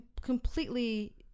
completely